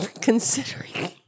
considering